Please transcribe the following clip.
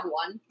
one